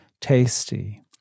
tasty